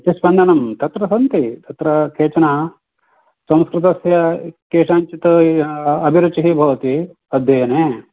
तस्य स्पन्दनं तत्र सन्ति तत्र केचन संस्कृतस्य केषाञ्चित् अभिरुचिः भवति अध्ययने